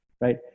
right